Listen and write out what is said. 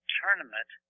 tournament